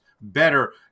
better